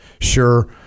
Sure